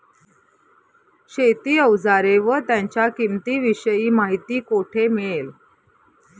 शेती औजारे व त्यांच्या किंमतीविषयी माहिती कोठे मिळेल?